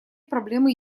проблемы